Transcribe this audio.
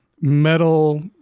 metal